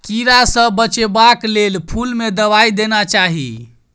कीड़ा सँ बचेबाक लेल फुल में दवाई देना चाही